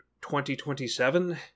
2027